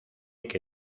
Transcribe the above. que